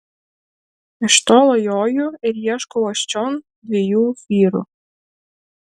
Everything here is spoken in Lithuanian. iš tolo joju ir ieškau aš čion dviejų vyrų